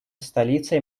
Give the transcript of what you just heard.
столицей